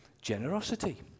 generosity